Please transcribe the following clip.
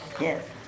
Yes